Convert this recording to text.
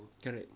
correct